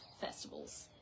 Festivals